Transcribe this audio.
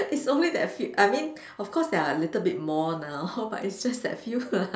is only that fe~ I mean of course there are a little bit more now but it's just that few lah